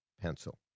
pencil